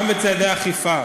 גם בצעדי אכיפה,